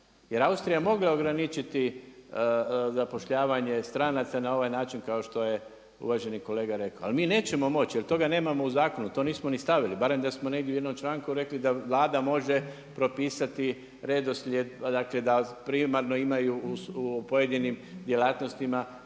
jer Austrija je mogla ograničiti zapošljavanje stranaca na ovaj način kao što je uvaženi kolega rekao, ali mi nećemo moći, jer toga nemamo u zakonu, to nismo ni stavili, barem da smo negdje u jednom članku rekli da Vlada može propisati redoslijed, da primarno imaju u pojedinim djelatnostima